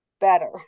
better